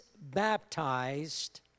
baptized